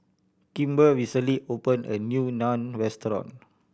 Kimber recently open a new Naan Restaurant